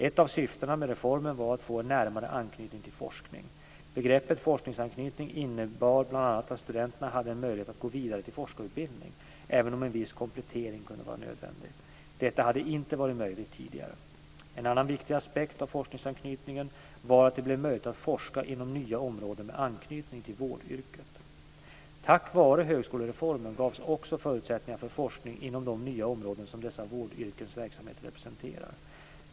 Ett av syftena med reformen var att få en närmare anknytning till forskning. Begreppet forskningsanknytning innebar bl.a. att studenterna hade en möjlighet att gå vidare till forskarutbildning, även om en viss komplettering kunde vara nödvändig. Detta hade inte varit möjligt tidigare. En annan viktig aspekt av forskningsanknytningen var att det blev möjligt att forska inom nya områden med anknytning till vårdyrket. Tack vare högskolereformen gavs också förutsättningar för forskning inom de nya områden som dessa vårdyrkens verksamhet representerar.